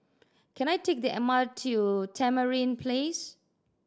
can I take the M R T to Tamarind Place